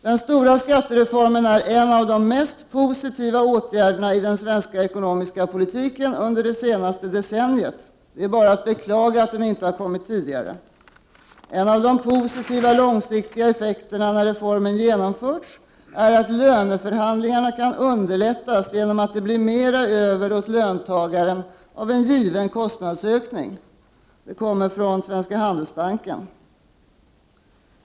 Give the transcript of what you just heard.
”Den stora skattereformen är en av de mest positiva åtgärderna i den svenska ekonomiska politiken under det senaste decenniet. Det är bara att beklaga att den inte har kommit tidigare. ——— En av de positiva långsiktiga effekterna när reformen genomförts är att löneförhandlingarna kan underlättas genom att det blir mera över åt löntagaren av en given kostnadsökning.” Detta skrivs av Svenska Handelsbanken.